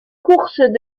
course